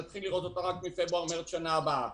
נתחיל לראות אותה רק מפברואר-מרץ בשנה הבאה.